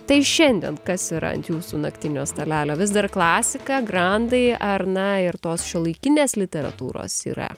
tai šiandien kas yra ant jūsų naktinio stalelio vis dar klasika grandai ar na ir tos šiuolaikinės literatūros yra